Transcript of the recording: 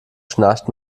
schnarcht